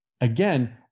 again